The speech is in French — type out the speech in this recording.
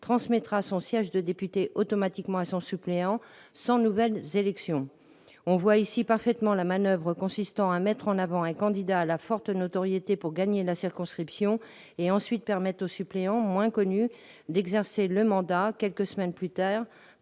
est élu, son siège de député à son suppléant, sans nouvelle élection. On voit ici parfaitement la manoeuvre consistant à mettre en avant un candidat à la forte notoriété pour gagner la circonscription et ensuite permettre au suppléant, moins connu, d'exercer le mandat quelques semaines plus tard,